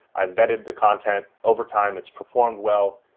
i vetted the content. overtime, it's performed well.